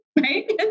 right